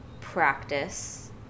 practice